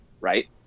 right